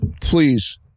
please